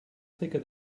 thicker